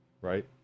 right